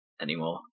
anymore